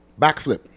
Backflip